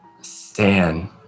Stan